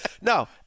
No